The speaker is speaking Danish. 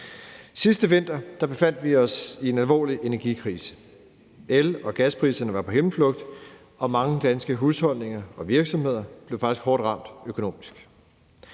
Sidste vinter befandt vi os i en alvorlig energikrise. El- og gaspriserne var på himmelflugt, og mange danske husholdninger og virksomheder blev faktisk hårdt ramt økonomisk.